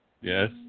Yes